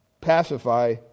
pacify